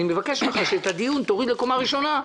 אני מבקש ממך שאת הדיון תוריד לקומה הראשונה.